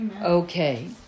Okay